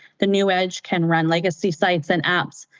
the new edge can run legacy sites, and apps,